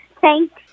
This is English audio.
Thanks